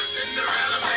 Cinderella